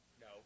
No